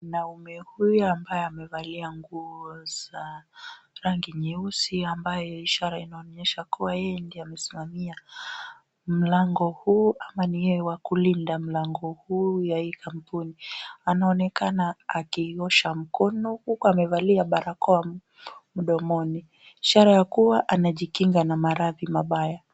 Mwanaume huyu ambaye amevalia nguo za rangi nyeusi ambayo ishara inaonyesha kuwa yeye ndio amesimamia mlango huu ama ni yeye wa kulinda mlango huu ya hii kampuni. Anaonekana akiosha mkono huku amevalia barakoa mdomoni ishara ya kuwa anajikinga na maradhi mabaya.